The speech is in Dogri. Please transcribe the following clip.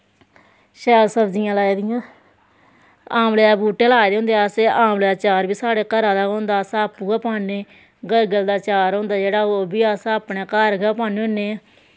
शैल सब्जियां लाई दियां आमले दे बूह्टे लाए दे होंदे असें आमले दा चार साढ़े घरा दा गै होंदा अस आपैं गै पान्ने गर्गल दा चार होंदा जेह्ड़ा ओह् बी असें अपने घर गै पान्ने होन्ने